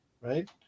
Right